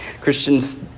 Christians